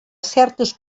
certes